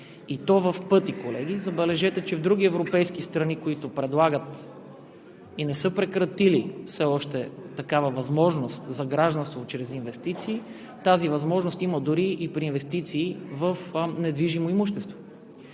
и то в пъти, колеги. Забележете, че в други европейски страни, които предлагат и не са прекратили все още такава възможност за гражданство чрез инвестиции, тази възможност има дори и при инвестиции в недвижимо имущество.